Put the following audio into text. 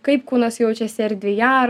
kaip kūnas jaučiasi erdvėje